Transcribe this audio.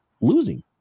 losing